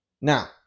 Now